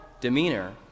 demeanor